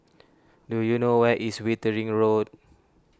do you know where is Wittering Road